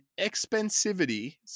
expensivity